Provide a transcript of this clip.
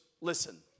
listen